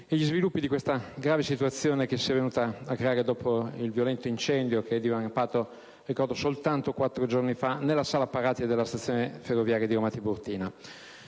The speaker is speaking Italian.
e gli sviluppi di questa grave situazione che si è venuta a creare dopo il violento incendio divampato - lo ricordo - solo quattro giorni fa nella sala apparati della stazione ferroviaria di Roma Tiburtina.